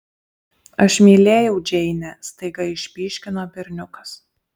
aš mylėjau džeinę staiga išpyškino berniukas